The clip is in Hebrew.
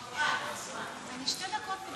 חברת, מצא למי